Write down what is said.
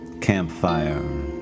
Campfire